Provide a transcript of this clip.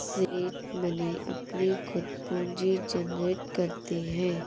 seed money अपनी खुद पूंजी जनरेट करती है